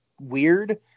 weird